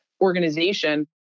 organization